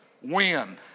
Win